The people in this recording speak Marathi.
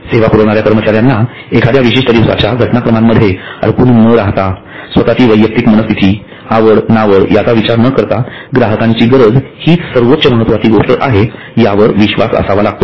सेवा पुरविणाऱ्या कर्मचाऱ्यांना एखाद्या विशिष्ठ दिवसाच्या घटनाक्रमामध्ये अडकून न राहता स्वतःची वैयक्तिक मनःस्थिती आवड नावड याचा विचार न करता ग्राहकांची गरज हिच सर्वोच महत्वाची गोष्ट आहे यावर विश्वास असावा लागतो